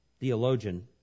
theologian